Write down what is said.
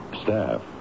Staff